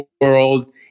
world